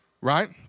right